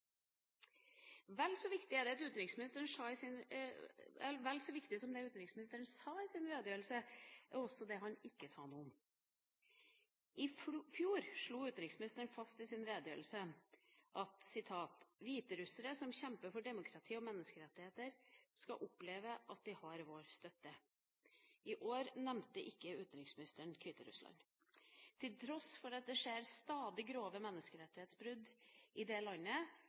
utenriksministeren sa i sin redegjørelse, er det han ikke sa noe om. I fjor slo utenriksministeren fast i sin redegjørelse at «hviterussere som kjemper for demokrati og menneskerettigheter, skal oppleve at de har vår støtte». I år nevnte ikke utenriksministeren Hviterussland, til tross for at det stadig skjer grove menneskerettighetsbrudd i det landet,